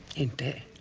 into